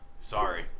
Sorry